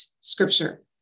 scripture